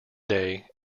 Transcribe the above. day